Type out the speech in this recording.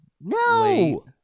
no